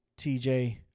TJ